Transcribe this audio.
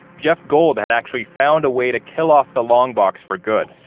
jeff gold had actually found a way to kill off the long box for good.